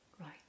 right